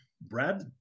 Brad